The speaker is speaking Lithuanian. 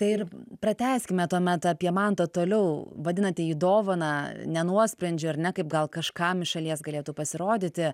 tai ir pratęskime tuomet apie mantą toliau vadinate jį dovana ne nuosprendžiu ar ne kaip gal kažkam iš šalies galėtų pasirodyti